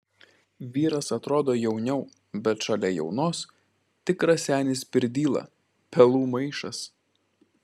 vyras atrodo jauniau bet šalia jaunos tikras senas pirdyla pelų maišas